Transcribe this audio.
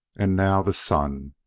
and now, the sun!